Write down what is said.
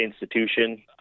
institution